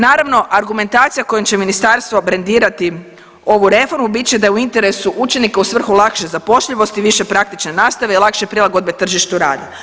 Naravno argumentacija kojom će ministarstvo brendirati ovu reformu bit će da je u interesu učenika u svrhu lakše zapošljivosti i više praktične nastave i lakše prilagodbe tržištu rada.